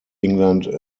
england